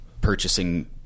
purchasing